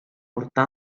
producte